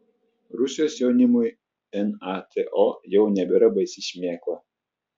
rusijos jaunimui nato jau nebėra baisi šmėkla